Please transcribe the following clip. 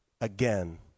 again